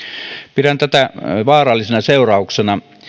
pidän tätä vaarallisena seurauksena